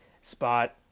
spot